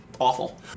Awful